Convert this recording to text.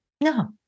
No